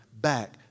back